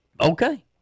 Okay